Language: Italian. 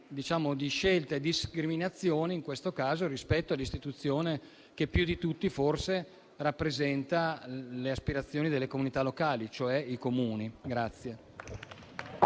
di scelta e di discriminazione rispetto all'istituzione che più di tutti forse rappresenta le aspirazioni delle comunità locali, cioè i Comuni.